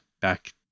back